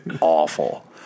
awful